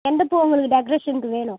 எந்தப் பூ உங்களுக்கு டெக்கரேஷனுக்கு வேணும்